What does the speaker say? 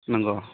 नंगौ